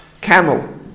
camel